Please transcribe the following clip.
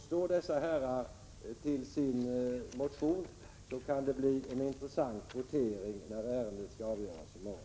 Står dessa herrar för sin motion kan det bli en intressant votering när ärendet skall avgöras i morgon.